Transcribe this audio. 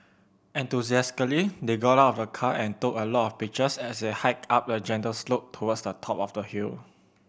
enthusiastically they got out of the car and took a lot of pictures as they hiked up a gentle slope towards the top of the hill